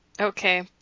Okay